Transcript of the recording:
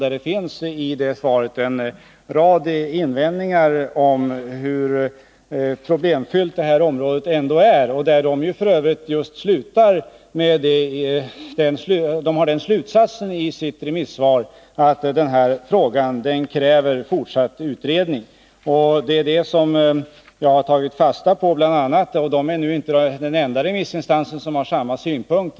I sitt svar gör verket en rad påpekanden om hur problemfyllt detta område ändå är och drar f. ö. just den slutsatsen att denna fråga kräver fortsatt utredning. Det är bl.a. det jag har tagit fasta på. Riksskatteverket är inte den enda remissinstans som har denna synpunkt.